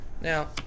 Now